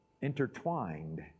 intertwined